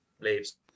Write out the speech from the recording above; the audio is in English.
leaves